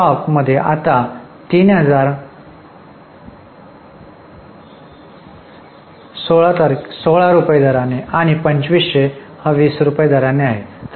तर स्टॉक आता 3000 मध्ये 16 आणि 2500 मध्ये 20 आहे